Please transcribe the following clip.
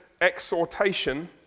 Exhortation